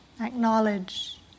Acknowledge